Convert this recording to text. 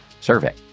survey